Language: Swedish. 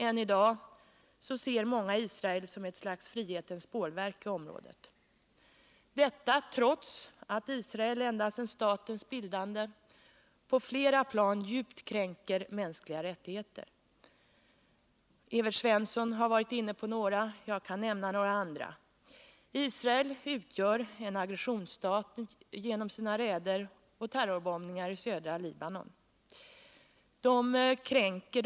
Än i dag betraktar många Israel som ett slags frihetens bålverk i området, detta trots att Israel ända sedan statens bildande i flera avseenden djupt kränkt mänskliga rättigheter. Evert Svensson har varit inne på några, och jag kan nämna andra. Israel utgör på grund av sina räder och terrorbombningar i södra Libanon en aggressionsstat.